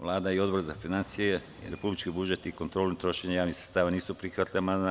Vlada i Odbor za finansije, republički budžet i kontrolu trošenja javnih sredstava nisu prihvatili amandman.